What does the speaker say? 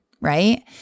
right